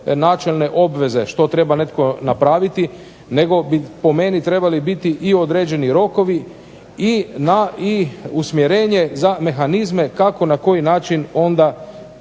načelne obveze što treba netko napraviti nego bi po meni trebali biti i određeni rokovi i usmjerenje za mehanizme kako na koji način onda